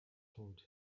told